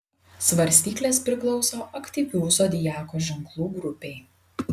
svarstyklės priklauso aktyvių zodiako ženklų grupei